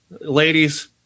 Ladies